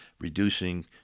Reducing